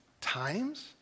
times